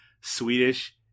Swedish